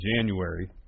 January